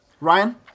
Ryan